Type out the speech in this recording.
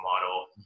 model